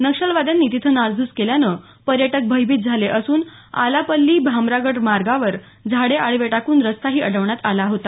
नक्षलवाद्यांनी तिथं नासधूस केल्यानं पर्यटक भयभीत झाले असून आलापल्ली भामरागड मार्गावर झाडे आडवी टाकून रस्ताही अडवण्यात आला होता